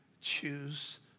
choose